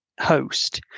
host